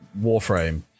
Warframe